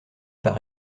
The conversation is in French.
par